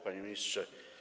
Panie Ministrze!